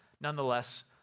nonetheless